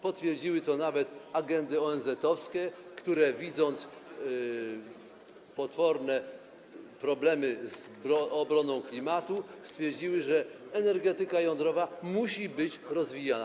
Potwierdziły to nawet agendy ONZ-owskie, które widząc potworne problemy z obroną klimatu, stwierdziły, że energetyka jądrowa musi być rozwijana.